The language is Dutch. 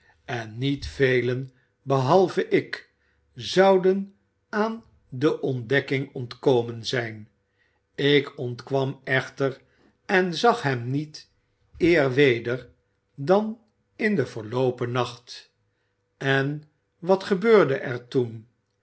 en niet velen behalve ik zouden aan de ontdekking ontkomen zijn ik ontkwam echter en zag hem niet eer weder dan in den verloopen nacht en wat gebeurde er toen